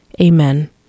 Amen